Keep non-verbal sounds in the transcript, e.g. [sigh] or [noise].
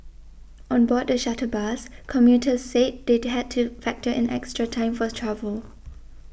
on board the shuttle bus commuters said they [unintelligible] had to factor in extra time for the travel